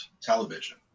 television